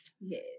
yes